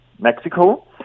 Mexico